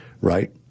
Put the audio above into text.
right